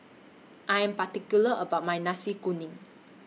I Am particular about My Nasi Kuning